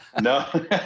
No